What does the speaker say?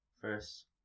first